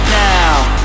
now